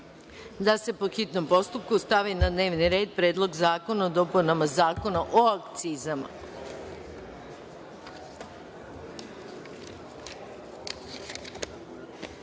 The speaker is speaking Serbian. da se po hitnom postupku stavi na dnevni red Predlog zakona o dopunama Zakona o akcizama. Stavljam